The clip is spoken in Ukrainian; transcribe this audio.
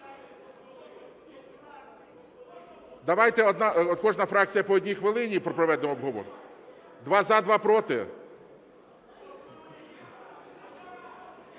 Давайте кожна фракція по одній хвилині проведемо обговорення. Два – за, два – проти?